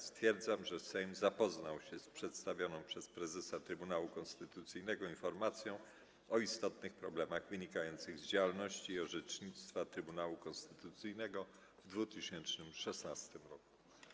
Stwierdzam, że Sejm zapoznał się z przedstawioną przez prezesa Trybunału Konstytucyjnego „Informacją o istotnych problemach wynikających z działalności i orzecznictwa Trybunału Konstytucyjnego w 2016 roku”